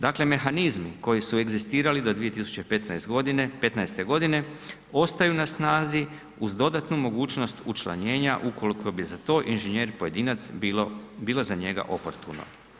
Dakle, mehanizmi koji su egzistirali do 2015.g. ostaju na snazi uz dodatnu mogućnost učlanjenja ukoliko bi za to inženjer pojedinac bilo za njega oportuno.